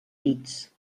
bits